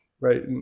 right